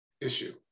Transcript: issue